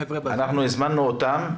הזמנו אותם,